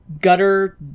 Gutter